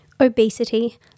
obesity